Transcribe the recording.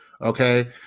Okay